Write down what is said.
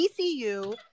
TCU